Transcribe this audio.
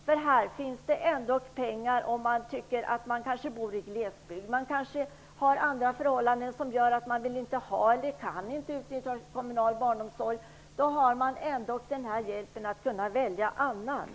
Det kommer nu att finnas pengar så att den som kanske bor i glesbygd eller som av andra orsaker kanske inte vill eller kan utnyttja den kommunala barnomsorgen får den här möjligheten att välja ett annat alternativ.